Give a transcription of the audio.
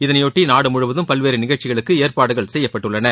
இதனையொட்டி நாடு முழுவதும் பல்வேறு நிகழ்ச்சிகளுக்கு ஏற்பாடுகள் செய்யப்பட்டுள்ளன